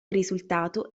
risultato